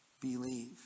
believe